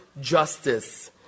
justice